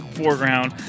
foreground